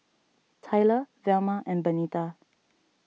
Tyler Velma and Benita